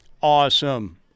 Awesome